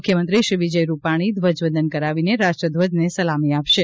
મુખ્યમંત્રી શ્રી વિજય રૂપાણી ધ્વજવંદન કરાવીને રાષ્ટ્રધ્વજને સલામી આપશે